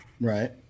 Right